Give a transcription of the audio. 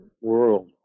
world